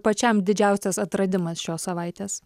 pačiam didžiausias atradimas šios savaitės